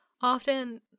often